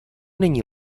není